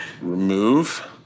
Remove